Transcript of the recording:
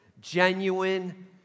genuine